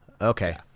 Okay